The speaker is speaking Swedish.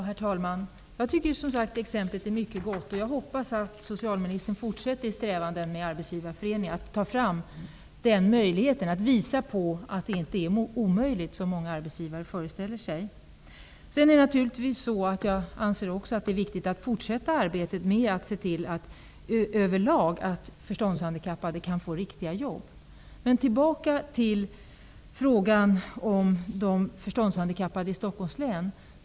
Herr talman! Jag tycker som sagt att exemplet är mycket gott. Jag hoppas att socialministern i sina strävanden med Arbetsgivareföreningen fortsätter att ta fram den möjligheten, att visa på att detta inte är omöjligt, som många arbetsgivare föreställer sig. Jag anser naturligtvis också att det är viktigt att fortsätta arbetet med att överlag se till att förståndshandikappade kan få riktiga jobb. Men tillbaka till frågan om de förståndshandikappade i Stockholms län.